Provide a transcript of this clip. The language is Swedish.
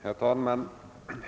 Herr talman!